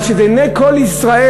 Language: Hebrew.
אבל שזה לעיני כל ישראל,